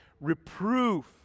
reproof